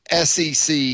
SEC